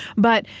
but,